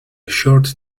short